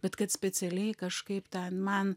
bet kad specialiai kažkaip ten man